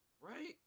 right